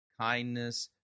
kindness